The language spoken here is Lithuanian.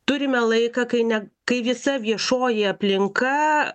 turime laiką kai ne kai visa viešoji aplinka